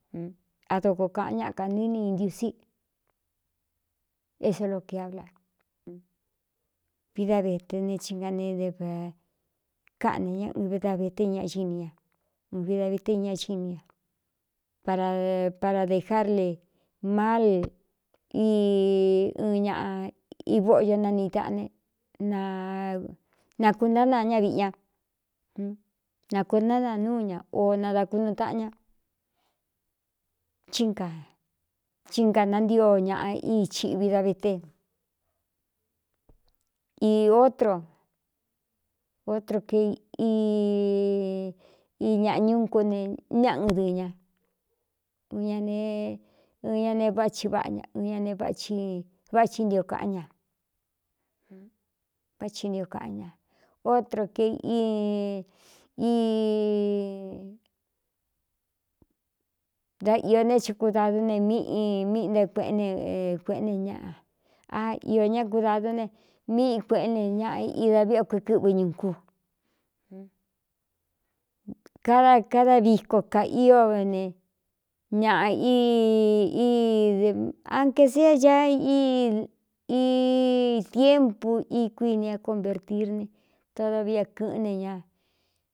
A dokoo kāꞌan ñaa kanɨni indiusi é solokiabla vi da vete ne hi nga ne d káꞌne ñá ɨve da vete ña cini ña n vi da vete ña cini ña para dē jár le mal ɨn ñaꞌ ivóꞌo yo nanii taꞌan ne nna kuntáánaꞌa ñá viꞌi ña na konánaa núu ña o nadā kunu taꞌan ña achí nkanantío ñaꞌa i chi vida veterotro ke i ñaꞌa ñun co ne ñaꞌa ɨdɨɨnña nñ eɨ ña nee váꞌchi váꞌa ña ɨ ñ ne váꞌci ntio kaꞌán ña váchi nti kaꞌan ña otro e dá īō ne chikudādún ne míꞌi míꞌinta kuꞌéne kueꞌén ñaa a iō ñá kudādún ne míꞌi kueꞌé ne ñaꞌa ida viꞌ o ku é kɨ́ꞌvɨ ñu kú kada kada viko ka íone ñaꞌa dɨ ánjē sé é a í i tiempu i kuini é konvērtir ne todo viꞌ é kɨ̄ꞌɨ́n ne ña.